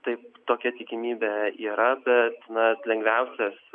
taip tokia tikimybė yra bet na lengviausias